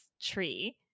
tree